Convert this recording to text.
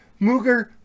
Mooger